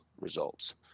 results